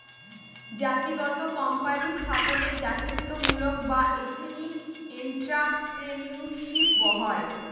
জাতিগত কোম্পানি স্থাপনে জাতিত্বমূলক বা এথেনিক এন্ট্রাপ্রেনিউরশিপ হয়